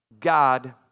God